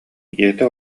ийэтэ